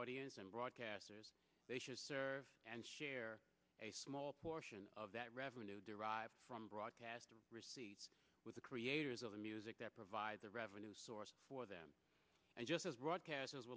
audience and broadcasters they should serve and share a small portion of that revenue derived from broadcast receipts with the creators of the music that provide the revenue source for them and just as broadcasters